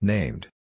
Named